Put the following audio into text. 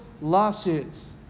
losses